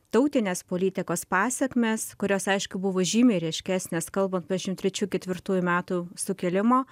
tautinės politikos pasekmes kurios aišku buvo žymiai ryškesnės kalbant apie šešiasdešim trečių ketvirtųjų metų sukilimą